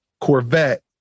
Corvette